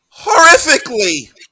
horrifically